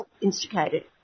instigated